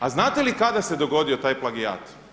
A znate li kada se dogodio taj plagijat?